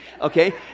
okay